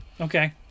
Okay